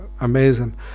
amazing